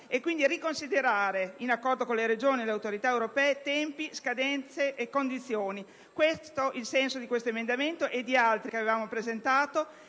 si debba riconsiderare, in accordo con le Regioni e le autorità europee, tempi, scadenze e condizioni. Questo è il senso dell'emendamento 10.240 e di altri che avevamo presentato